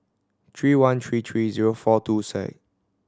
three one three three zero four two